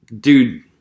dude